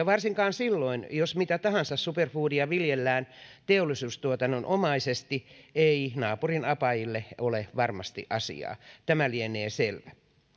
varsinkaan silloin jos mitä tahansa superfoodia viljellään teollisuustuotannonomaisesti ei naapurin apajille ole varmasti asiaa tämä lienee selvä